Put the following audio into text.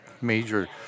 major